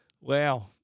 Wow